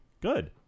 good